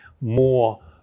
more